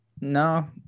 no